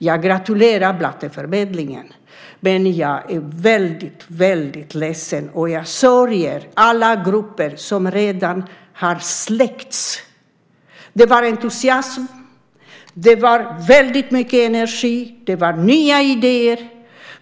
Jag gratulerar Blatteförmedlingen, men jag är väldigt ledsen och sörjer alla grupper som redan har släckts. Där var det entusiasm, mycket energi och nya idéer.